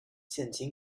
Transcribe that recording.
现今